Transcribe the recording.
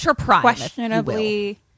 questionably